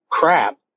crap